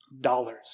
dollars